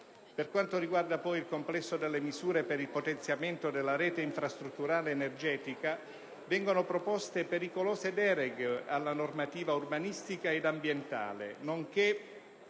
Per quanto riguarda il complesso delle misure per il potenziamento della rete infrastrutturale energetica, vengono proposte pericolose deroghe alla normativa urbanistica ed ambientale nonché